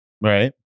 Right